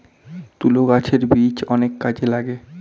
তুলো গাছের বীজ অনেক কাজে লাগে